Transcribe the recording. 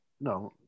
No